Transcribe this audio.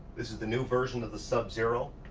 this is the new version of the subzero.